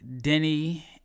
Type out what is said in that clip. Denny